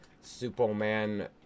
Superman